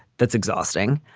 that's exhausting.